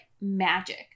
magic